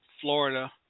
Florida